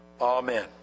Amen